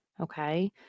okay